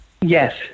Yes